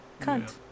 Cunt